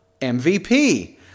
MVP